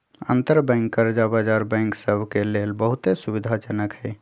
अंतरबैंक कर्जा बजार बैंक सभ के लेल बहुते सुविधाजनक हइ